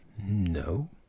No